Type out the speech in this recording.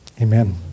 Amen